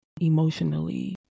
emotionally